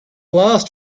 last